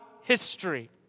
history